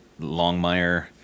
Longmire